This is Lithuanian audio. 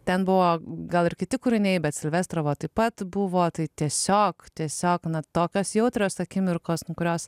ten buvo gal ir kiti kūriniai bet silvestro taip pat buvo tai tiesiog tiesiog nuo tokios jautrios akimirkos kurios